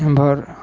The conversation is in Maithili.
उमहर